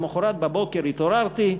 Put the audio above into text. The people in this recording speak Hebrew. למחרת בבוקר התעוררתי,